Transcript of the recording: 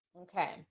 Okay